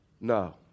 no